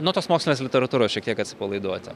nuo tos mokslinės literatūros šiek tiek atsipalaiduoti